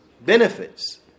benefits